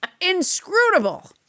inscrutable